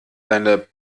deine